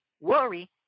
worry